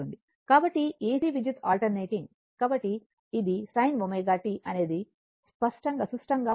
కాబట్టి ac విద్యుత్ alternating కాబట్టి ఇది sin ω t అనేది సుష్టంగా ఉంటుంది